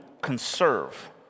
conserve